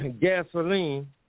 gasoline